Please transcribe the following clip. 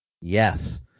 Yes